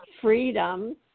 freedom